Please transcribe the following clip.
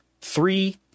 three